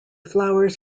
flowers